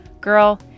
Girl